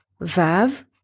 vav